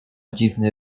dziwny